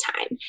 time